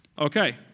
Okay